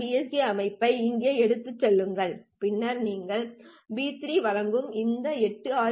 K அமைப்பை இங்கே எடுத்துச் செல்லுங்கள் பின்னர் நீங்கள் பி 3 வழங்கும் இந்த 8 ஆரி பி